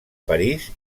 parís